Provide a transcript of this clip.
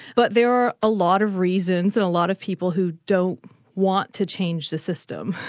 but there are a lot of reasons and a lot of people who don't want to change the system,